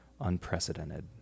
unprecedented